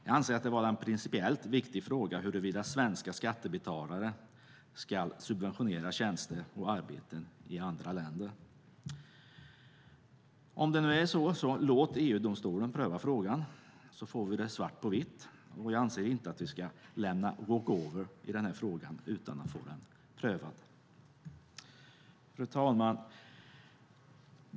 Jag anser det vara en principiellt viktig fråga huruvida svenska skattebetalare ska subventionera tjänster och arbeten i andra länder. Låt EU-domstolen pröva frågan, så får vi det svart på vitt! Jag anser inte att vi ska lämna walk over i den här frågan utan att få den prövad. Fru talman!